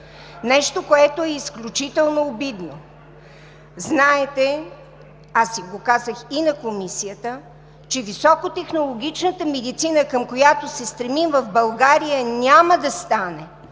Нещо, което е изключително обидно! Знаете, казах го и на Комисията, че високотехнологичната медицина, към която се стремим в България, няма да стане.